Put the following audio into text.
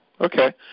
Okay